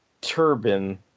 turban